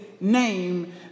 name